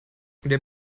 der